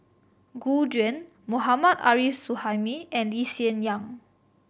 Gu Juan Mohammad Arif Suhaimi and Lee Hsien Yang